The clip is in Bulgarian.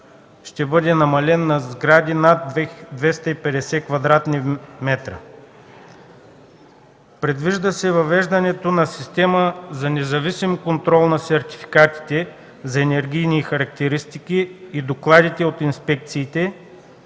ще бъде намален на сгради с над 250 кв. метра. Предвижда се въвеждането на система за независим контрол на сертификатите за енергийни характеристики и докладите от инспекциите,